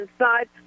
inside